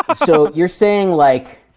ah so, you're saying like,